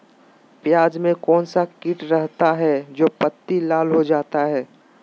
प्याज में कौन सा किट रहता है? जो पत्ती लाल हो जाता हैं